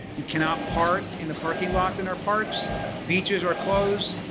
you cannot park in the parking lots in our parks beaches are closed.